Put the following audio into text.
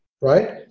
Right